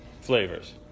flavors